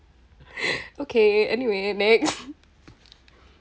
okay anyway next